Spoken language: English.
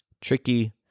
tricky